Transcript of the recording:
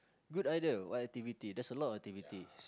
good idea what activity there's a lot of activity